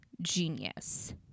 genius